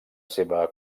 seva